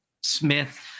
Smith